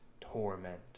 torment